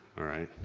alright.